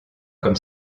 comme